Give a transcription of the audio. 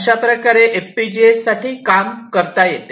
अशाप्रकारे एफपीजीएसाठी काम करता येते